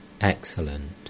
excellent